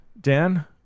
Dan